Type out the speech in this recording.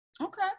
Okay